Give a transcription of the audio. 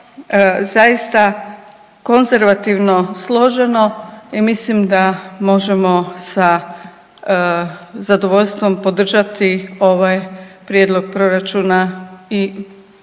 zaista konzervativno složeno i mislim da možemo sa zadovoljstvom podržati ovaj prijedlog proračuna i naravno